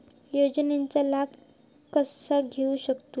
योजनांचा लाभ कसा घेऊ शकतू?